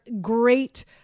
Great